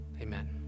Amen